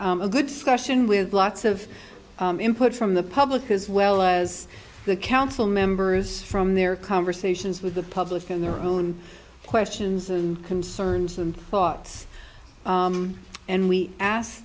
had a good discussion with lots of input from the public as well as the council members from their conversations with the public on their own questions and concerns and thoughts and we ask